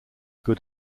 good